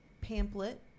pamphlet